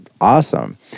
awesome